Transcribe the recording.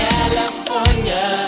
California